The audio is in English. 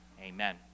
amen